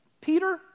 Peter